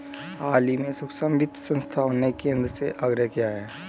हाल ही में सूक्ष्म वित्त संस्थाओं ने केंद्र से आग्रह किया है